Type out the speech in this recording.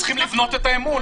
אנחנו צריכים לבנות את האמון,